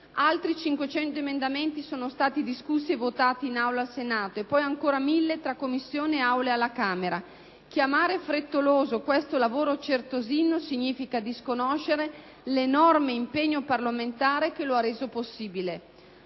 Altri 500 emendamenti sono stati discussi e votati in Aula al Senato e poi ancora mille tra Commissione e Aula alla Camera. Chiamare frettoloso questo lavoro certosino significa disconoscere l'enorme impegno parlamentare che lo ha reso possibile.